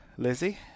Lizzie